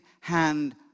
hand